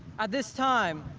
at this time,